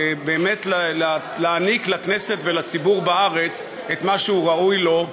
באמת להעניק לכנסת ולציבור בארץ את מה שהוא ראוי לו,